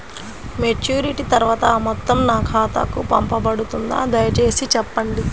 Maturity తర్వాత ఆ మొత్తం నా ఖాతాకు పంపబడుతుందా? దయచేసి చెప్పండి?